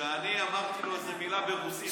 שאני אמרתי לו איזה מילה ברוסית.